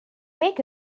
make